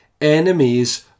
enemies